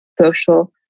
social